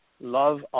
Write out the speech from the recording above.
Love